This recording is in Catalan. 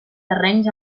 terrenys